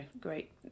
great